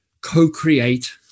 co-create